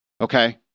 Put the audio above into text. Okay